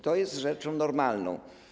To jest rzecz normalna.